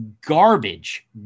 garbage